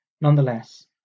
Nonetheless